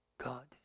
God